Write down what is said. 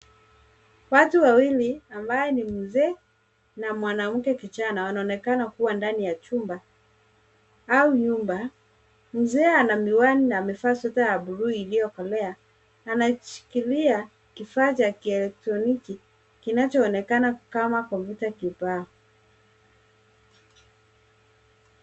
Watu wawili, ambaye ni mzee na mwanamke kijana, wanaonekana kuwa ndani ya chumba au nyumba, mzee ana miwani na amevaa sweta ya buluu iliyokolea. Anajishikilia kifaa cha kielektroniki kinachoonekana kama kompyuta kibao.